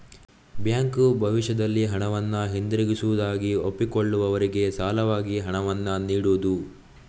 bank ಭವಿಷ್ಯದಲ್ಲಿ ಹಣವನ್ನ ಹಿಂದಿರುಗಿಸುವುದಾಗಿ ಒಪ್ಪಿಕೊಳ್ಳುವವರಿಗೆ ಸಾಲವಾಗಿ ಹಣವನ್ನ ನೀಡುದು